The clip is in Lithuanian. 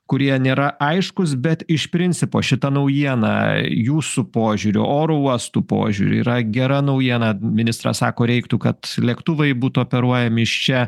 kurie nėra aiškūs bet iš principo šita naujiena jūsų požiūriu oro uostų požiūriu yra gera naujiena ministras sako reiktų kad lėktuvai būtų operuojami iš čia